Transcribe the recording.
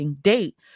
date